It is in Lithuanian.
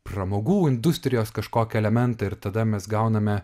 pramogų industrijos kažkokį elementą ir tada mes gauname